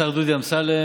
השר דודי אמסלם,